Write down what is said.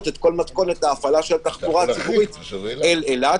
את כל מתכונת ההפעלה של התחבורה הציבורית לאילת.